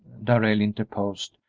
darrell interposed,